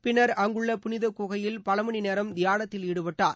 பின்னர் அங்குள்ள புனித குகையில் பல மணி நேரம் தியானத்தில் ஈடுபட்டார்